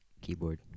keyboard